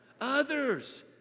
Others